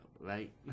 right